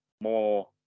more